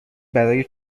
برای